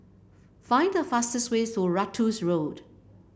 find the fastest way to Ratus Road